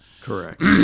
Correct